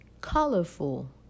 colorful